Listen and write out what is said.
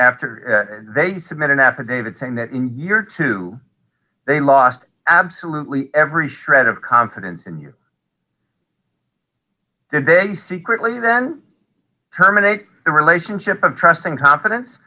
after they submit an affidavit saying that in your two they lost absolutely every shred of confidence in you and then secretly then terminate the relationship of trust and confidence